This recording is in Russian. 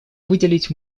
выделить